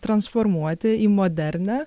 transformuoti į modernią